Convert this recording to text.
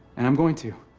and i'm going to.